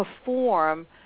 perform